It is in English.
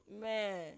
Man